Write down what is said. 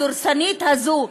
הדורסנית הזאת,